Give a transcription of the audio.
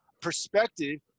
perspective